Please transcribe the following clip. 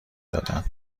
دادن